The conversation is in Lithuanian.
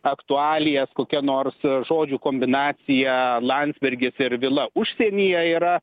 aktualijas kokia nors žodžių kombinacija landsbergis ir vila užsienyje yra